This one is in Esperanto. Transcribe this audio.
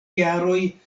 jaroj